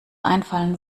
einfallen